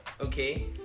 okay